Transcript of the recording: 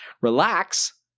Relax